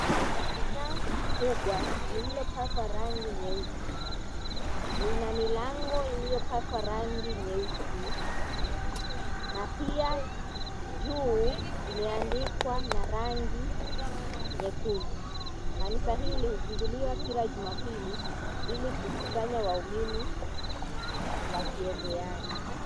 Kanisa kubwa lililopakwa rangi nyeupe lina milango iliyopakwa rangi nyeusi na pia juu imeandikwa na rangi nyekundu. Kanisa hili hufunguliwa kila jumapili ilikukusanya waumini wakiombeana.